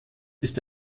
ist